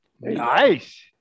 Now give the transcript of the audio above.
Nice